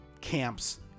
camps